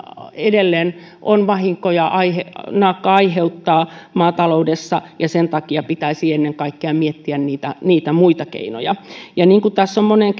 edelleen vahinkoja naakka aiheuttaa maataloudessa ja sen takia pitäisi ennen kaikkea miettiä niitä niitä muita keinoja tässä on moneen